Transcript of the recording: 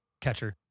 catcher